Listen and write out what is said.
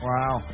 Wow